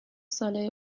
ساله